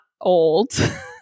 old